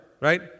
right